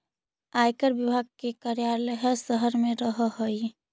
आयकर विभाग के कार्यालय हर शहर में रहऽ हई